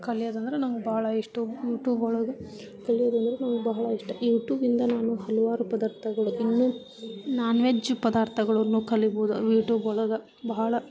ಕಲಿಯೋದೆಂದ್ರೆ ನಂಗೆ ಭಾಳ ಇಷ್ಟು ಯೂಟೂಬ್ ಒಳಗೆ ಕಲಿಯೋದೆಂದ್ರೆ ನಂಗೆ ಬಹಳ ಇಷ್ಟ ಯೂಟೂಬಿಂದ ನಾನು ಹಲವಾರು ಪದಾರ್ಥಗಳು ಇನ್ನೂ ನಾನ್ ವೆಜ್ ಪದಾರ್ಥಗಳನ್ನು ಕಲಿಬೋದು ಯೂಟೂಬ್ ಒಳಗೆ ಬಹಳ